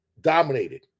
dominated